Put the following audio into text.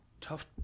Tough